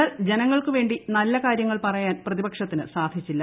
എന്നാൽ ജനങ്ങൾക്കുവേണ്ടി നല്ലകാര്യങ്ങൾ പറയാൻ പ്രതിപക്ഷത്തിന് സാധിച്ചില്ല